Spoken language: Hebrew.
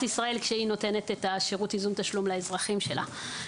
ישראל כשהיא נותנת את שירות ייזום תשלום לאזרחים שלה.